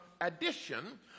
addition